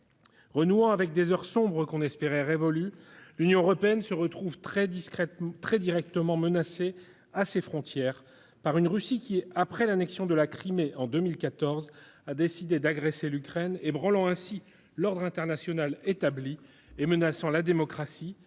Renouant avec des heures sombres qu'on espérait révolues, l'Union européenne se trouve directement menacée à ses frontières par une Russie qui, après l'annexion de la Crimée en 2014, a décidé d'agresser l'Ukraine, ébranlant ainsi l'ordre international établi et menaçant la démocratie,